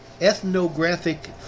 ethnographic